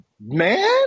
Man